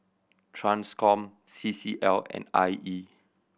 Transcom C C L and I E